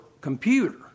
computer